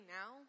now